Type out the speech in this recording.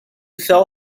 sell